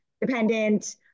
dependent